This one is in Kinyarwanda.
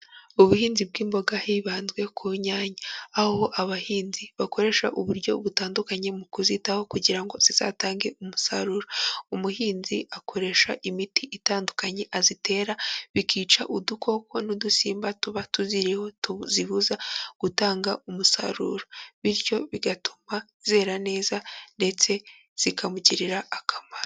Ubuhinzi bw'imboga hibanzwe ku nyanya, aho abahinzi bakoresha uburyo butandukanye mu kuzitaho kugira ngo zizatange umusaruro, umuhinzi akoresha imiti itandukanye azitera bikica udukoko n'udusimba tuba tuziriho tuzibuza gutanga umusaruro, bityo bigatuma zera neza ndetse zikamugirira akamaro.